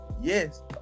yes